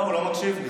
לא, הוא לא מקשיב לי.